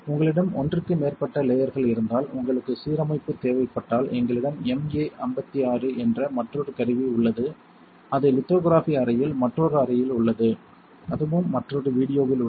உங்களிடம் ஒன்றுக்கு மேற்பட்ட லேயர்கள் இருந்தால் உங்களுக்கு சீரமைப்பு தேவைப்பட்டால் எங்களிடம் MA56 என்ற மற்றொரு கருவி உள்ளது அது லித்தோகிராஃபி அறையில் மற்றொரு அறையில் உள்ளது அதுவும் மற்றொரு வீடியோவில் உள்ளது